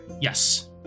Yes